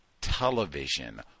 television